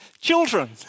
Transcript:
Children